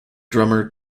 drummer